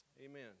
amen